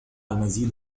المزيد